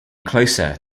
closer